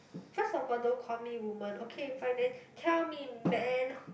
first of all don't call me woman okay fine then tell me man